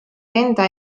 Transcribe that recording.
enda